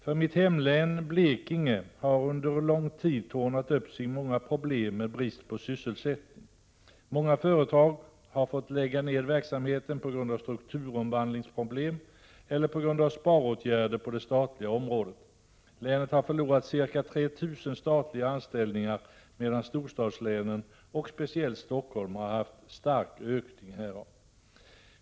För mitt hemlän, Blekinge, har det under lång tid tornat upp sig många problem med brist på sysselsättning — många företag har fått lägga ned verksamheten på grund av strukturomvandlingsproblem eller på grund av sparåtgärder på det statliga området. Länet har förlorat ca 3 000 statliga anställningar, medan storstadslänen, och speciellt Stockholm, har haft stark ökning härav.